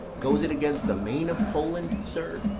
goes it against the main of poland, sir,